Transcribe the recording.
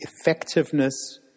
effectiveness